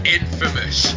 infamous